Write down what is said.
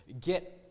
get